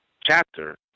chapter